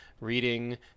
reading